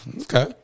okay